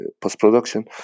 post-production